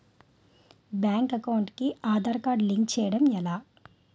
Bank account కి Aadhaar card link చేయడం ఎలా?